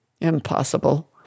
Impossible